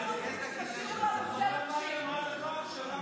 אנחנו רוצים שתשאירו לנו שדה מוקשים.